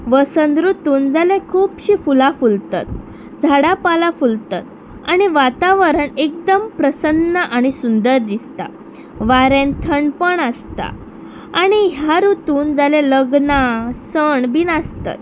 वसंत रुतून जाल्या खुबशीं फुलां फुलतत झाडां पालां फुलतत आणी वातावरण एकदम प्रसन्न आनी सुंदर दिसता वारें थंडपण आसता आनी ह्या रुतून जाल्या लग्नां सण बीन आसतत